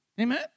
Amen